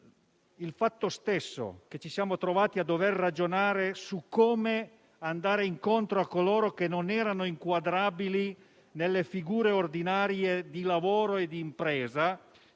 di coesione sociale. Il fatto di dover ragionare su come andare incontro a coloro che non sono inquadrabili nelle figure ordinarie di lavoro e di impresa